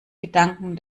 gedanken